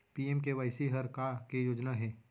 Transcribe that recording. PMKSY हर का के योजना हे?